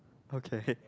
okay